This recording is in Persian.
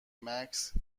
مگس